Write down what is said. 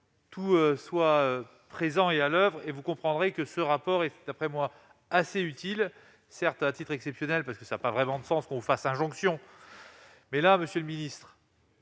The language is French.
tout soit présent et à l'oeuvre et vous comprendrez que ce rapport et c'est après moi assez utile certes à titre exceptionnel, parce que ça a pas vraiment de sens qu'on fasse injonction mais là, monsieur le ministre.